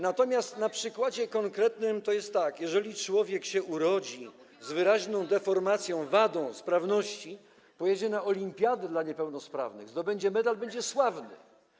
Natomiast na konkretnym przykładzie to jest tak: jeżeli człowiek się urodzi z wyraźną deformacją, wadą sprawności, pojedzie na olimpiadę dla niepełnosprawnych, zdobędzie medal, będzie sławny.